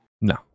No